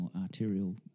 arterial